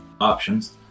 options